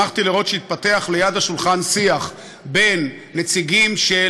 שמחתי לראות את שהתפתח ליד השולחן שיח בין נציגים של